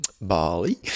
Bali